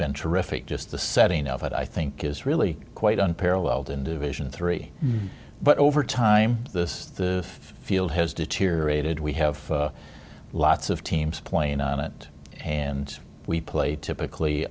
been terrific just the setting of it i think is really quite unparalleled in division three butt over time this the field has deteriorated we have lots of teams playing on it and we play